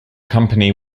company